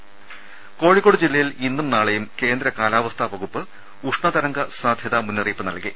ദേദ കോഴിക്കോട് ജില്ലയിൽ ഇന്നും നാളെയുംകേന്ദ്ര കാലാവസ്ഥ വകുപ്പ് ഉഷ്ണ തരംഗ സാധ്യതമുന്നറിയിപ്പ് നൽകി